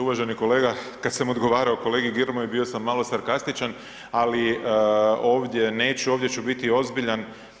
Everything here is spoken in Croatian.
Uvaženi kolega, kada sam odgovarao kolegi Grmoji bio sam malo sarkastičan, ali ovdje neću, ovdje ću biti ozbiljan.